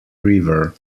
river